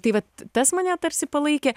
tai vat tas mane tarsi palaikė